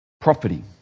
property